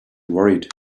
worried